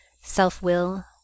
self-will